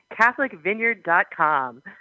Catholicvineyard.com